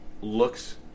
looks